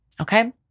Okay